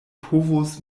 povos